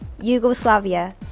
Yugoslavia